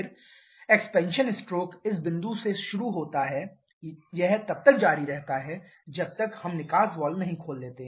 फिर expansion stroke इस बिंदु से शुरू होता है यह तब तक जारी रहता है जब तक हम निकास वाल्व नहीं खोलते